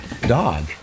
dog